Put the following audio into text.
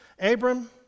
Abram